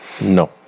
No